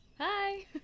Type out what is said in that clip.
hi